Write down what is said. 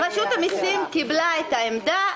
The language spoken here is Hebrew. רשות המסים קיבלה את העמדה,